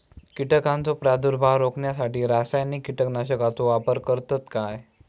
कीटकांचो प्रादुर्भाव रोखण्यासाठी रासायनिक कीटकनाशकाचो वापर करतत काय?